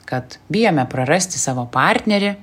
kad bijome prarasti savo partnerį